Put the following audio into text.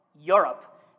Europe